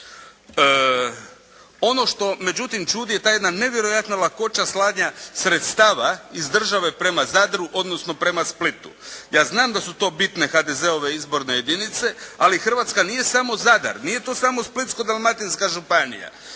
Ono što međutim čudi je ta jedna nevjerojatna lakoća slanja sredstava iz države prema Zadru odnosno prema Splitu. Ja znam da su to bitne HDZ-ove izborne jedinice ali Hrvatska nije samo Zadar, nije to samo Splitsko-dalmatinska županija.